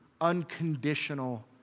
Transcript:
unconditional